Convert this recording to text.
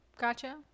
Gotcha